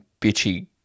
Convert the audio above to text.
bitchy